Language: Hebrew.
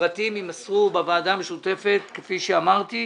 הפרטים יימסרו בוועדה המשותפת, כפי שאמרתי.